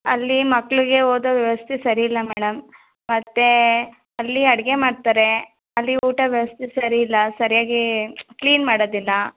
ಅಲ್ಲಿ ಮಕ್ಕಳಿಗೆ ಓದೋ ವ್ಯವಸ್ಥೆ ಸರಿಯಿಲ್ಲ ಮೇಡಮ್ ಮತ್ತು ಅಲ್ಲಿ ಅಡಿಗೆ ಮಾಡ್ತಾರೆ ಅಲ್ಲಿ ಊಟ ವ್ಯವಸ್ಥೆ ಸರಿಯಿಲ್ಲ ಸರ್ಯಾಗಿ ಕ್ಲೀನ್ ಮಾಡೋದಿಲ್ಲ